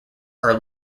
are